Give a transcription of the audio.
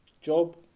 job